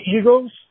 Eagles –